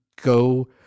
go